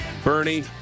Bernie